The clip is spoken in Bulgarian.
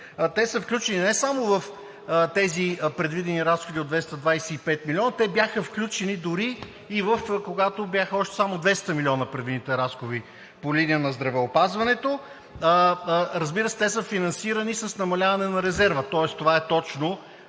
те са включени не само в предвидените разходи от 225 милиона. Бяха включени дори и когато бяха още само 200 милиона предвидените разходи по линия на здравеопазването. Разбира се, те са финансирани с намаляване на резерва, тоест това е точно,